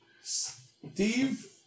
Steve